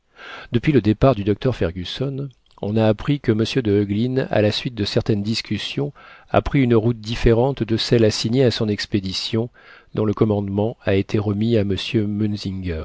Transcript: depuis le départ du docteur fergusson on a appris que m de heuglin à la suite de certaines discussions a pris une route différente de celle assignée à son expédition dont le commandement a été remis à